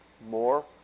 More